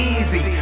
easy